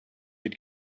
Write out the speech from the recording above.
had